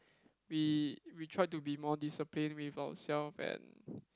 we we try to be more discipline with ourselves and